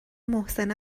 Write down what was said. محسن